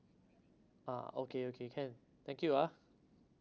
ah okay okay can thank you ah